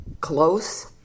close